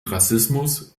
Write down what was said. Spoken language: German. rassismus